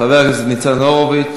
חבר הכנסת ניצן הורוביץ.